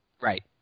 Right